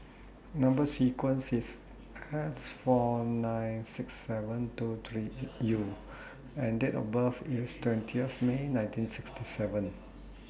Number sequence IS S four nine six seven two three eight U and Date of birth IS twentieth May nineteen sixty seven